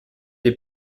des